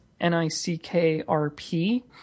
N-I-C-K-R-P